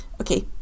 Okay